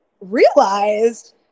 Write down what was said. realized